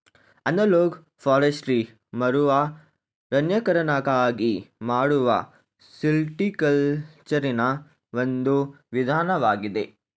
analog forestry ಮರುಅರಣ್ಯೀಕರಣಕ್ಕಾಗಿ ಮಾಡುವ ಸಿಲ್ವಿಕಲ್ಚರೆನಾ ಒಂದು ವಿಧಾನವಾಗಿದೆ